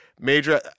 major